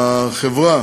החברה